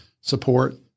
support